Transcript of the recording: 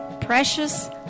precious